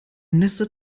nässe